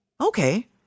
Okay